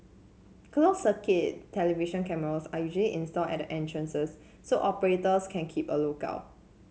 closed circuit television cameras are usually installed at the entrances so operators can keep a look out